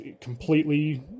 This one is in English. completely